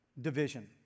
division